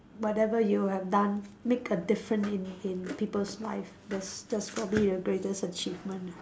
whatever you have done make a different in in people's life that's that's probably the greatest achievement ah